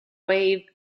wave